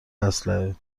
اسلحه